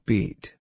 Beat